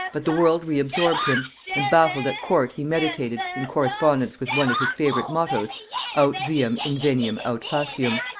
but the world re-absorbed him and baffled at court he meditated, in correspondence with one of his favorite mottoes aut viam inveniam aut faciam,